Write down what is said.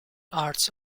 arts